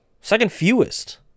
Second-fewest